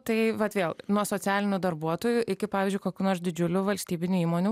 tai vat vėl nuo socialinių darbuotojų iki pavyzdžiui kokiu nors didžiuliu valstybinių įmonių